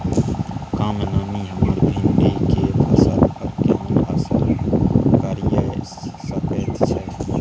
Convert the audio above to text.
कम नमी हमर भिंडी के फसल पर केहन असर करिये सकेत छै?